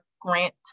grant